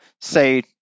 say